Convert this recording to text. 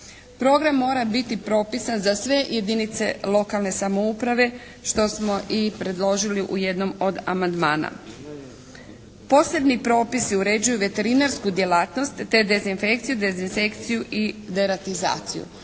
Program mora biti propisan za sve jedinice lokalne samouprave što smo i predložili u jednom amandmana. Posebni propisi uređuju veterinarsku djelatnost te dezinfekciju, dezinsekciju i deratizaciju.